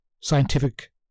scientific